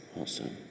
Awesome